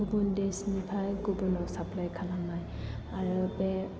गुबुन देसनिफाय गुबुनाव साप्लाइ खालामनाय आरो बे